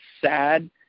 sad